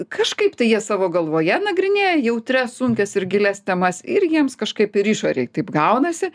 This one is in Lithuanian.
kažkaip tai jie savo galvoje nagrinėja jautrias sunkias ir gilias temas ir jiems kažkaip ir išorėj taip gaunasi